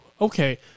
Okay